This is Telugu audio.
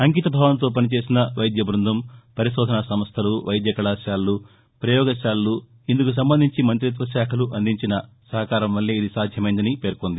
అంకితభావంతో పనిచేసిన వైద్య బ్బందం పరిశోధనా సంస్లలు వైద్య కళాశాలలు ప్రయోగశాలలు ఇందుకు సంబంధించి మంతిత్వ శాఖలు అందించిన సహకారం వల్లే ఇది సాధ్యమైందని పేర్కొంది